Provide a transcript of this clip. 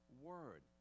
word